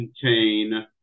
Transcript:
contain